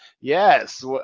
Yes